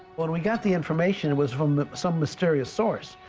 when we got the information it was from some mysterious source.